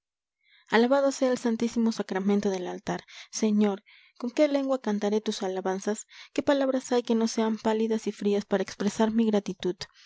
alabado sea el santísimo sacramento del altar señor con qué lengua cantaré tus alabanzas qué palabras hay que no sean pálidas y frías para expresar mi gratitud